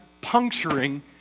puncturing